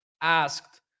asked